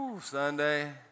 Sunday